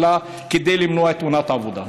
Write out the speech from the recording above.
אלא כדי למנוע את תאונת העבודה.